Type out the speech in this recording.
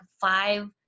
five